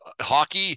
hockey